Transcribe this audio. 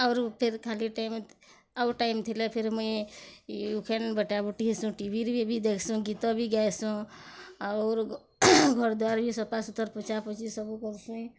ଆରୁ ଫେର୍ ଖାଲି ଟାଇମ୍ ଆଉ ଟାଇମ୍ ଥିଲେ ଫିର୍ ମୁଇଁ ଇ ଉଖେନ୍ ବେଟାବୁଟି ହେସୁଁ ଟି ଭି ଦେଖସୁଁ ଗୀତ ବି ଗାଏସୁଁ ଆଉର୍ ଘର୍ ଦୁଆର୍ ବି ସଫା ସୁତର୍ ପୁଛା ପୁଛି ସବୁ କରସିଁ